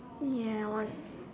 ya I want